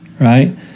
right